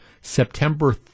September